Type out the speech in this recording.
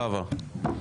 לא עבר.